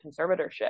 conservatorship